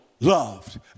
loved